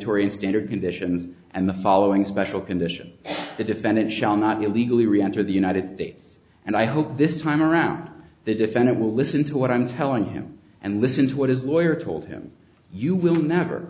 tori's standard conditions and the following special condition the defendant shall not be legally reenter the united states and i hope this time around the defendant will listen to what i'm telling him and listen to what his lawyer told him you will never